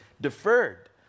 deferred